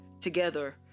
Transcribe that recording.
together